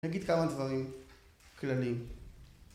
אני אגיד כמה דברים, כלליים.